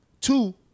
Two